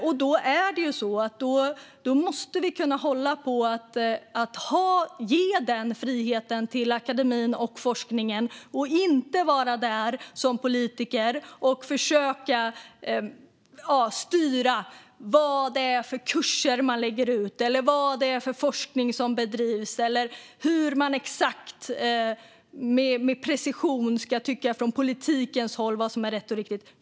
Vi måste hålla på att ge den friheten till akademin och forskningen, att inte vara där som politiker och försöka styra vilka kurser som ska läggas ut, vilken forskning som ska bedrivas eller hur man från politikens håll exakt med precision ska tycka vad som är rätt och riktigt.